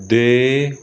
ਦੇ